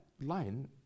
line